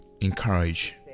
encourage